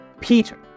Peter